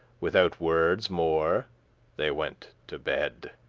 withoute wordes more they went to bed,